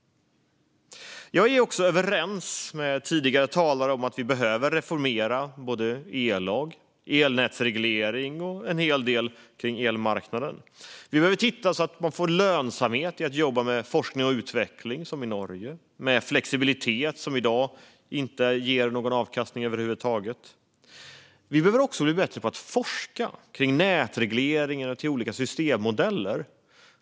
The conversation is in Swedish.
Jag är vidare överens med tidigare talare om att vi behöver reformera både ellag, elnätsreglering och en hel del annat kring elmarknaden. Vi behöver titta på att man får lönsamhet i att jobba med forskning och utveckling, som i Norge, och med flexibilitet, vilket i dag inte ger någon avkastning över huvud taget. Vi behöver också bli bättre på att forska kring nätreglering och olika systemmodeller.